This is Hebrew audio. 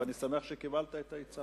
ואני שמח שקיבלת את העצה.